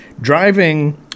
driving